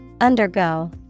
Undergo